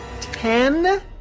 ten